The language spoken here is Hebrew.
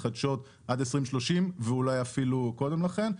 מתחדשות עד 2030 ואולי אפילו קודם לכן,